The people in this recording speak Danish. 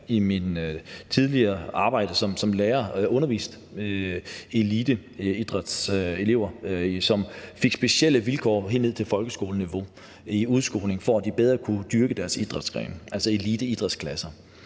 i mit tidligere arbejde som lærer undervist eliteidrætselever, som fik specielle vilkår helt ned til folkeskoleniveau i udskolingen, for at de bedre kunne dyrke deres idrætsgren, altså eliteidrætsklasser,